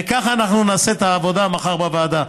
וככה אנחנו נעשה את העבודה מחר בוועדה.